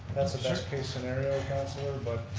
that's a best-case scenario councillor, but